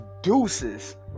deuces